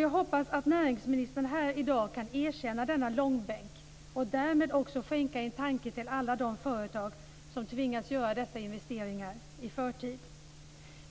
Jag hoppas att näringsministern här i dag kan erkänna denna långbänk och därmed också skänka en tanke till alla de företag som tvingats göra dessa investeringar i förtid.